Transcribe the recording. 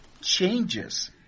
changes